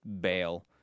bail